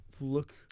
look